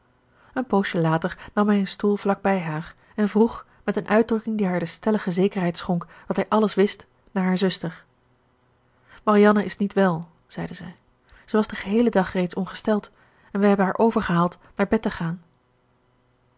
een poosje later nam hij een stoel vlak bij haar en vroeg met een uitdrukking die haar de stellige zekerheid schonk dat hij alles wist naar hare zuster marianne is niet wel zeide zij zij was den geheelen dag reeds ongesteld en we hebben haar overgehaald naar bed te gaan